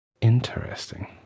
Interesting